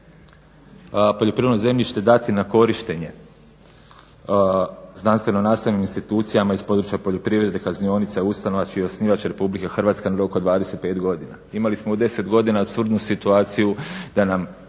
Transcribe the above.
poljoprivredno zemljište dati na korištenje znanstveno-nastavnim institucijama iz područja poljoprivrede, kaznionica, ustanova čiji je osnivač Republika Hrvatska na rok od 25 godina. Imali smo u 10 godinu apsurdnu situaciju da nam